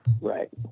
right